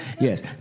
yes